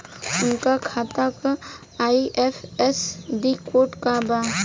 उनका खाता का आई.एफ.एस.सी कोड का बा?